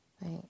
Right